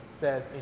says